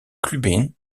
clubin